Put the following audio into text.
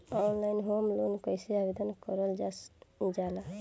Online home loan कैसे आवेदन करल जा ला?